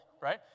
right